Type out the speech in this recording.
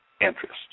interest